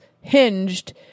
hinged